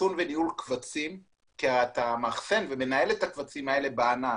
אכסון וניהול קבצים כי אתה מאכסן ומנהל את הקבצים האלה בענן.